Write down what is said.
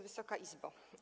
Wysoka Izbo!